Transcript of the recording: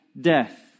death